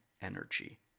energy